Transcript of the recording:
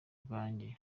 bwanjye